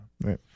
right